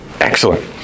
Excellent